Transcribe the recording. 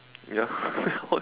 ya what